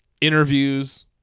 interviews